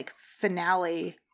finale